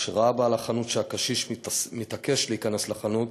כשראה בעל החנות שהקשיש מתעקש להיכנס לחנות,